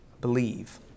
believe